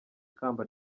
ikamba